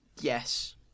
yes